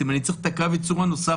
אם אני צריך את קו הייצור הנוסף,